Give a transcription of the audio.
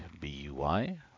B-U-Y